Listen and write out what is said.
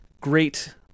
great